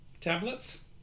tablets